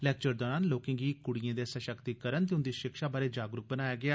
lecture दौरान लोकें गी क्ड़िएं दे सशक्तिकरण ते उंदी शिक्षा बारै जागरूक बनाया गेआ